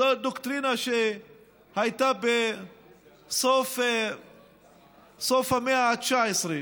זו דוקטרינה שהייתה בסוף המאה ה-18 וה-19,